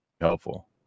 helpful